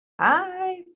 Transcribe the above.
Hi